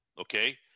Okay